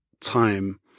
time